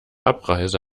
abreise